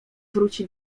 wróci